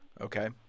Okay